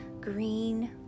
green